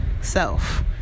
self